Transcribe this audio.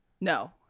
no